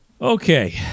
Okay